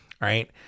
Right